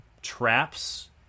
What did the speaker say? traps